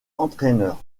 entraîneur